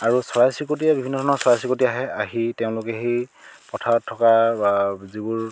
আৰু চৰাই চিৰিকটিয়ে বিভিন্ন ধৰণৰ চৰাই চিৰিকটি আহে আহি তেওঁলোকে সেই পথাৰত থকা যিবোৰ